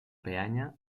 peanya